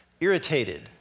irritated